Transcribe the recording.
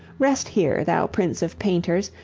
rest here, thou prince of painters!